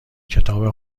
کتاب